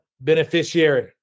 beneficiary